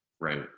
Right